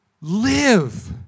live